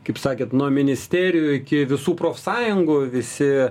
kaip sakėt nuo ministerijų iki visų profsąjungų visi